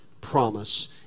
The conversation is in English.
promise